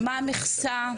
מהי המכסה?